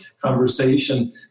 conversation